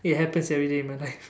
it happens everyday in my life